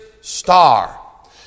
star